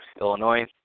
Illinois